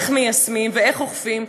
על איך מיישמים ואיך אוכפים,